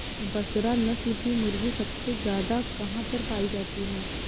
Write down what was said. बसरा नस्ल की मुर्गी सबसे ज्यादा कहाँ पर पाई जाती है?